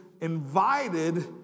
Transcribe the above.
invited